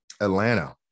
Atlanta